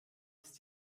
ist